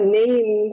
name